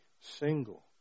single